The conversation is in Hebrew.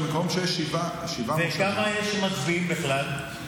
במקום שיש שבעה מושבים, וכמה יש שמצביעים בכלל?